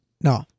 No